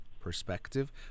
perspective